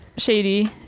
shady